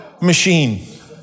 machine